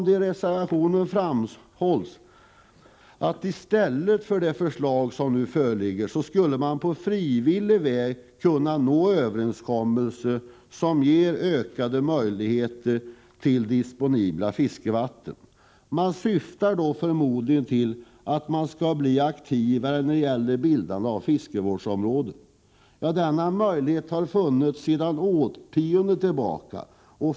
I reservationerna framhålls att man i stället för att riksdagen bifaller det förslag som nu föreligger skulle på frivillig väg kunna nå överenskommelse som ger ökade möjligheter att göra fiskevatten disponibla. Man syftar då förmodligen på möjligheterna att skapa större aktivitet vad gäller bildande av fiskevårdsområden. Denna möjlighet har dock funnits sedan årtionden tillbaka.